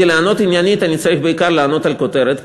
כדי לענות עניינית אני צריך בעיקר לענות על הכותרת,